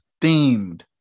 themed